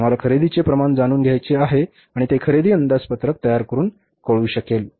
आम्हाला खरेदीचे प्रमाण जाणून घ्यायचे आहे आणि ते खरेदी अंदाजपत्रक तयार करुन कळू शकेल